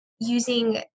using